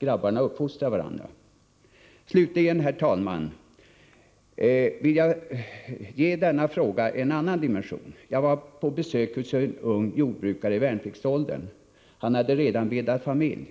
Grabbarna uppfostrar varandra.” Slutligen, herr talman, vill jag ge denna fråga en annan dimension. Jag var på besök hos en ung jordbrukare i värnpliktsåldern. Han hade redan bildat familj.